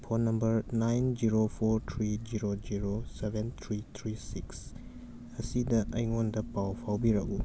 phone number nine zero four three zero zero seven three three six ꯑꯁꯤꯗ ꯑꯩꯉꯣꯟꯗ ꯄꯥꯎ ꯐꯥꯎꯕꯤꯔꯛꯎ